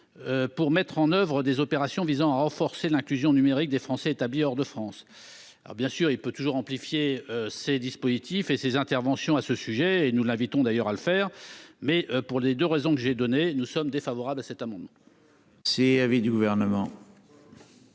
pour mettre en oeuvre des opérations visant à renforcer l'inclusion numérique des Français établis hors de France. Bien sûr, il peut toujours amplifier ses dispositifs et ses interventions- nous l'invitons d'ailleurs à le faire -, mais, pour ces deux raisons, la commission a émis un avis défavorable sur cet amendement. Quel est l'avis du Gouvernement